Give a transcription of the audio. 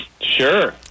Sure